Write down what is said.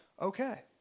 okay